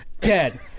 dead